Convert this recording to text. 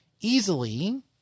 Easily